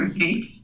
right